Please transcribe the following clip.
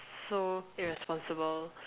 so irresponsible